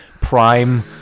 prime